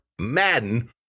Madden